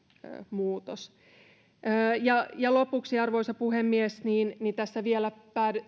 muutos lopuksi arvoisa puhemies tässä vielä